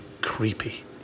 creepy